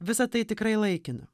visa tai tikrai laikina